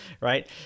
right